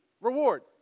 reward